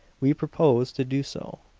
we propose to do so.